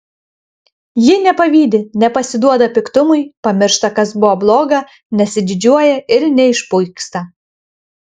ji nepavydi nepasiduoda piktumui pamiršta kas buvo bloga nesididžiuoja ir neišpuiksta